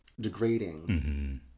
degrading